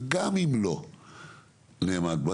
וגם אם לא נעמוד בו,